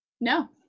No